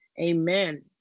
Amen